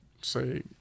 say